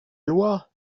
loi